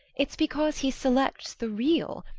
it's because he selects the real,